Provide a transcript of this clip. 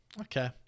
okay